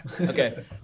okay